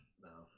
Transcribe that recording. No